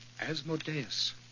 Asmodeus